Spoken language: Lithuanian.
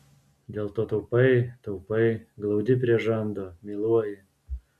dėl to taupai taupai glaudi prie žando myluoji